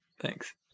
Thanks